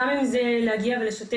גם אם זה להגיע ולשתף,